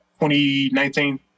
2019